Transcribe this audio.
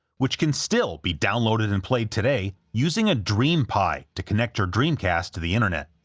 which can still be downloaded and played today using a dreampi to connect your dreamcast to the internet.